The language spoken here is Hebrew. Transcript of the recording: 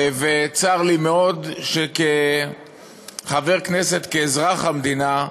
צר לי מאוד שכחבר כנסת, כאזרח המדינה,